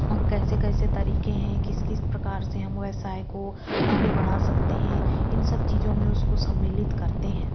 और कैसे कैसे तरीके हैं किस किस प्रकार से हम व्यवसाय को आगे बढ़ा सकते हैं इन सब चीज़ों में उसको सम्मिलित करते हैं